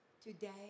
Today